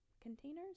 containers